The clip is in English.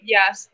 Yes